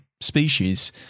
species